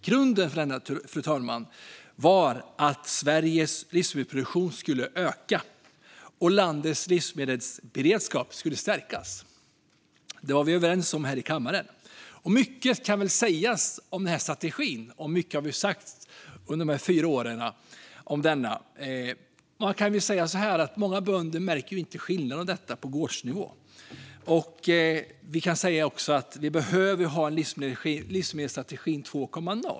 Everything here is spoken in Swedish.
Grunden för strategin var att Sveriges livsmedelsproduktion skulle öka och att landets livsmedelsberedskap skulle stärkas. Det var vi överens om här i kammaren. Mycket kan sägas om denna strategi, och mycket har sagts under dessa fyra år om den. Man kan säga att många bönder inte märker skillnaden på gårdsnivå. Man kan också säga att vi behöver ha en livsmedelsstrategi 2.0.